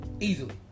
Easily